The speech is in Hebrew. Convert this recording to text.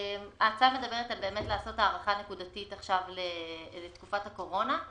ההצעה מדברת על הארכה נקודתית לתקופת הקורונה,